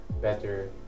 better